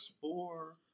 four